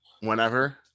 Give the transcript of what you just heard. whenever